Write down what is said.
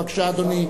בבקשה, אדוני.